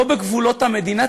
לא בגבולות המדינה.